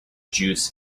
juice